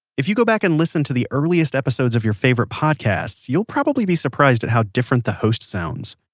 if you go back and listen to the earliest episodes of your favorite podcasts, you'll probably be surprised a how different the host sounds.